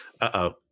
Uh-oh